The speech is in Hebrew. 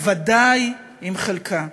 בוודאי עם חלקה.